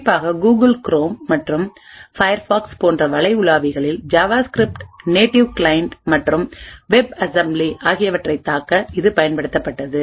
குறிப்பாக Google Chrome மற்றும் Firefox போன்ற வலை உலாவிகளில் ஜாவாஸ்கிரிப்ட் நேட்டிவ் கிளையன்ட் மற்றும் வெப் அசம்பிலி ஆகியவற்றைத் தாக்க இது பயன்படுத்தப்பட்டது